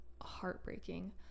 heartbreaking